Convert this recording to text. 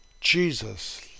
Jesus